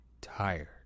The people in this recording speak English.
tired